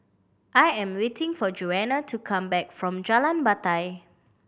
I am waiting for Jonna to come back from Jalan Batai